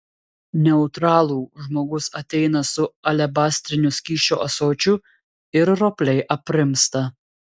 neutralų žmogus ateina su alebastriniu skysčio ąsočiu ir ropliai aprimsta